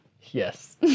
Yes